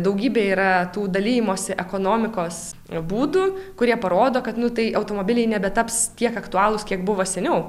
daugybė yra tų dalijimosi ekonomikos būdų kurie parodo kad nu tai automobiliai nebetaps tiek aktualūs kiek buvo seniau